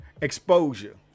Exposure